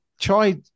try